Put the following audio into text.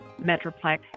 Metroplex